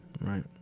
right